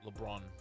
LeBron